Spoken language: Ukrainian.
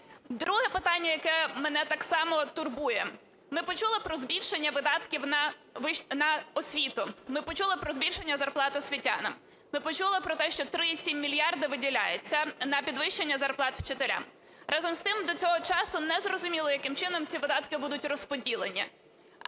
Друге питання, яке мене так само турбує. Ми почули про збільшення видатків на освіту, ми почули про збільшення зарплат освітянам, ми почули про те, що 3,7 мільярдів виділяється на підвищення зарплат вчителям. Разом з тим до цього часу не зрозуміло, яким чином ці видатки будуть розподілені.